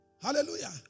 Hallelujah